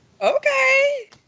okay